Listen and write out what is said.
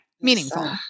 Meaningful